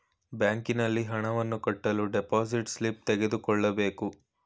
ಬ್ಯಾಂಕಿನಲ್ಲಿ ಹಣವನ್ನು ಕಟ್ಟಲು ಡೆಪೋಸಿಟ್ ಸ್ಲಿಪ್ ತೆಗೆದುಕೊಳ್ಳಬೇಕು